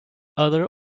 other